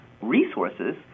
resources